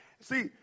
See